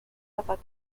about